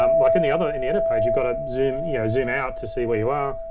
um like any other in the edit page, you've gotta zoom yeah zoom out to see where you are,